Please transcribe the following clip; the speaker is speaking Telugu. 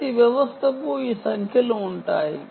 ప్రతి వ్యవస్థకు ఈ సంఖ్యలు ఉంటాయి